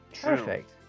Perfect